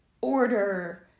order